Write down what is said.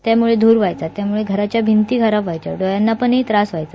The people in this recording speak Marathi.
त्यामुळे धूर व्हायचा त्यामुळे घराच्या भींती खरताब व्हायच्या डोळयांना पण त्रास व्यायचा